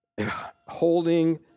holding